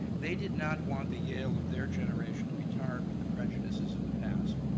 they did not want the yale of their generation to be tarred with the prejudices of the past.